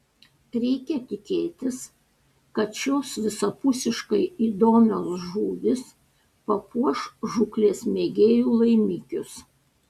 reikia tikėtis kad šios visapusiškai įdomios žuvys papuoš žūklės mėgėjų laimikius